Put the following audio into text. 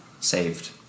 saved